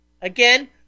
Again